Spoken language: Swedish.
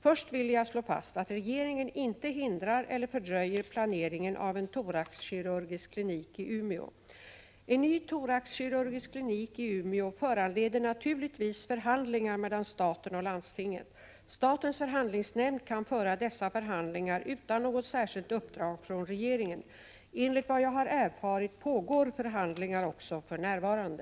Först vill jag slå fast att regeringen inte hindrar eller fördröjer planeringen En ny thoraxkirurgisk klinik i Umeå föranleder naturligtvis förhandlingar 27 november 1987 mellan staten och landstinget. Statens förhandlingsnämnd kan föra dessa = or förhandlingar utan något särskilt uppdrag från regeringen. Enligt vad jag har erfarit pågår förhandlingar också för närvarande.